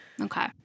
Okay